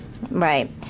Right